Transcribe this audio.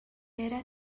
яриа